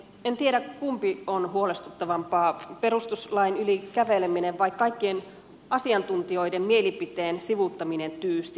en tiedä kumpi on huolestuttavampaa perustuslain yli käveleminen vai kaikkien asiantuntijoiden mielipiteen sivuuttaminen tyystin